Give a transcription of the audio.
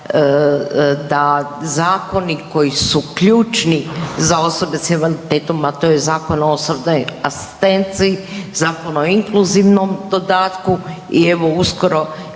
da zakoni koji su ključni za osobe s invaliditetom, a to je Zakon o osobnoj asistenciji, Zakon o inkluzivnom dodatku i evo uskoro